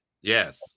Yes